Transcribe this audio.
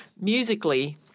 musically